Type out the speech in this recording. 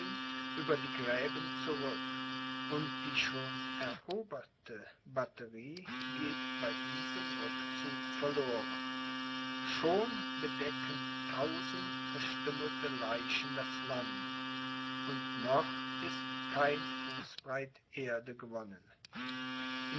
über die gräben zurück und die schon eroberte batterie geht bei diesem rückzug verloren schon bedecken tausend verstümmelte leichen das land und noch ist kein fuß breit erde gewonnen